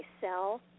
sell